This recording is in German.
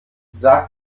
sag